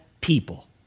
people